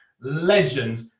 legend